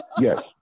Yes